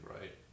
right